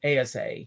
ASA